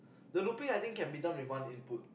the looping I think can be done with one input